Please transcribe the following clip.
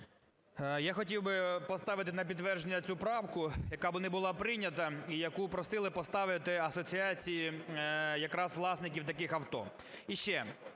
Я хотів би поставити на підтвердження цю правку, яка би не була прийнята і яку просили поставити асоціації якраз власників таких авто.